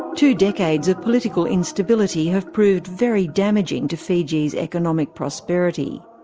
two decades of political instability have proved very damaging to fiji's economic prosperity.